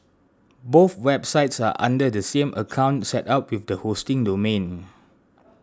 both websites are under the same account set up with the hosting domain